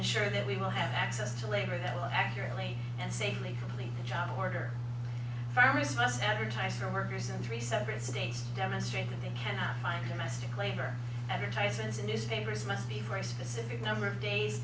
ensure that we will have access to labor that will accurately and safely complete the job order farmers must advertise for workers in three separate states to demonstrate that they cannot find domestic labor advertisements in newspapers must be for a specific number of days